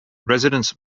residents